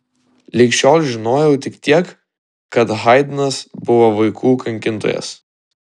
lig šiol žinojau tik tiek kad haidnas buvo vaikų kankintojas